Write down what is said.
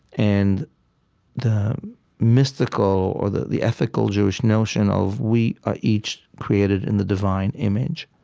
and the mystical or the the ethical jewish notion of we are each created in the divine image